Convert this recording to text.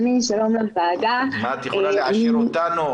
במה את יכולה להעשיר אותנו?